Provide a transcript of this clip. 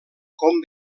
com